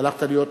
הלכת להיות,